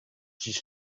sis